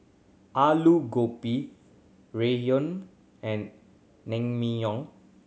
Alu Gobi Ramyeon and Naengmyeon